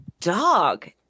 dog